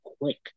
quick